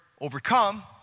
overcome